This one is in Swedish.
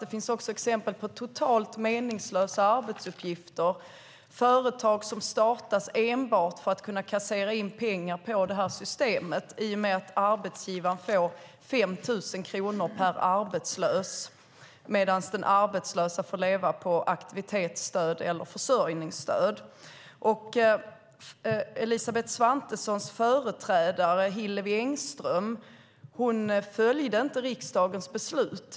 Det finns också totalt meningslösa arbetsuppgifter och företag som startas enbart för att kunna kassera in pengar från detta system, i och med att arbetsgivaren får 5 000 kronor per arbetslös medan den arbetslöse får leva på aktivitetsstöd eller försörjningsstöd. Elisabeth Svantessons företrädare Hillevi Engström följde inte riksdagens beslut.